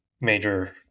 major